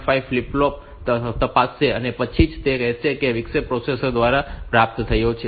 5 flip flop તપાસશે અને પછી જ તે કહેશે કે વિક્ષેપ પ્રોસેસર દ્વારા પ્રાપ્ત થયો છે